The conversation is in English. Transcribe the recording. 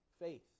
faith